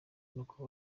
nuko